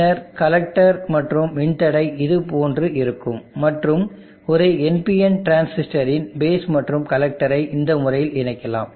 பின்னர் கலெக்டர் மற்றும் மின்தடை இது போன்று இருக்கும் மற்றும் ஒரு NPN டிரான்சிஸ்டரின் பேஸ் மற்றும் கலெக்டரை இந்த முறையில் இணைக்கலாம்